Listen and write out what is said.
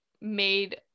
made